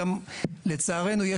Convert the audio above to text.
לצערנו,